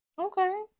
Okay